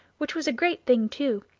which was a great thing too.